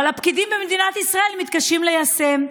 אבל הפקידים במדינת ישראל מתקשים ליישם.